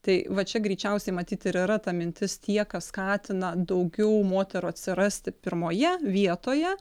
tai va čia greičiausiai matyt ir yra ta mintis tie kas skatina daugiau moterų atsirasti pirmoje vietoje